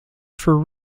for